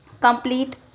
complete